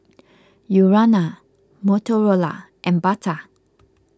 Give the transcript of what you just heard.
Urana Motorola and Bata